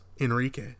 Enrique